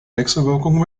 wechselwirkungen